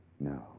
No